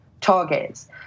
targets